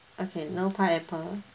okay no pineapple